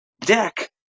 deck